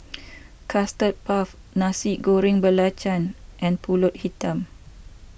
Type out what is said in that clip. Custard Puff Nasi Goreng Belacan and Pulut Hitam